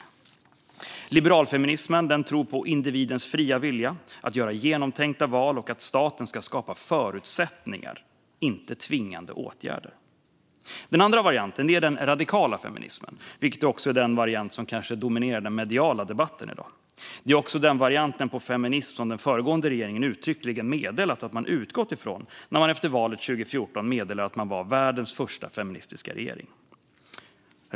Inom liberalfeminismen tror man på individens fria vilja att göra genomtänkta val och att staten ska skapa förutsättningar, inte tvingande åtgärder. Den andra varianten är den radikala feminismen, vilket också är den variant som kanske dominerar den mediala debatten i dag. Det är också den variant på feminism som den föregående regeringen uttryckligen meddelat att man utgått från när man efter valet 2014 meddelade att man var världens första feministiska regering.